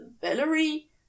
Valerie